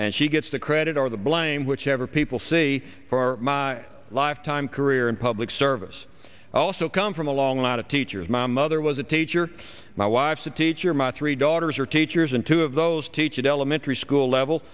and she gets the credit or the blame whichever people see for our lifetime career in public service also come from a long lot of teachers my mother was a teacher my wife's a teacher much three daughters are teachers and two of those teach an elementary school level